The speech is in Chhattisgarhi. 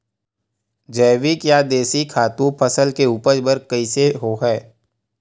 जैविक या देशी खातु फसल के उपज बर कइसे होहय?